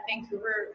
Vancouver